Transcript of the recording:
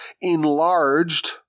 enlarged